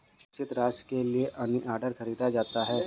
वांछित राशि के लिए मनीऑर्डर खरीदा जाता है